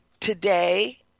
Today